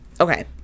Okay